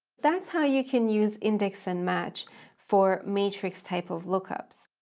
that's how you can use index and match for matrix type of lookups.